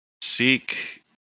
seek